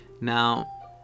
Now